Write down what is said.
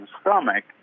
stomach